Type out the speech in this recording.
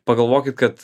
pagalvokit kad